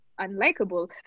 unlikable